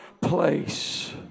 place